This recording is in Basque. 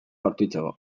jaurtitzeko